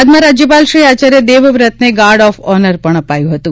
બાદમાં રાજ્યપાલશ્રી આચાર્ય દેવવ્રતને ગાર્ડ ઓફ ઓનર પણ અપાયું હતું